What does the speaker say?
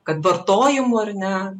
kad vartojimu ar ne